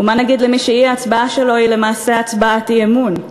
ומה נגיד למי שהאי-הצבעה שלו היא למעשה הצבעת אי-אמון?